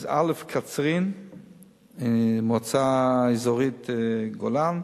קצרין ומועצה אזורית גולן,